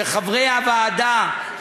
שחברי הוועדה,